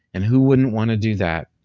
and who wouldn't wanna do that?